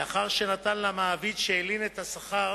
המסחר והתעסוקה, לאחר שנתן למעביד שהלין את השכר